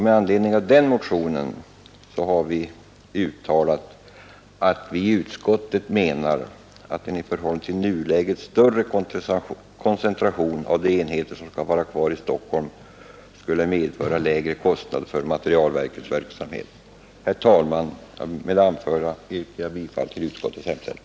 Med anledning av den motionen har utskottet uttalat att en i förhållande till nuläget större koncentration av de enheter som skall vara kvar i Stockholm skulle medföra lägre kostnader för materielverkets verksamhet. Herr talman! Med det anförda yrkar jag bifall till utskottets hemställan.